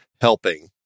helping